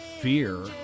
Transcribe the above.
fear